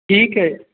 ਠੀਕ ਏ